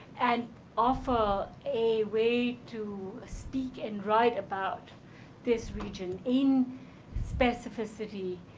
and offer a way to speak and write about this region in specificity,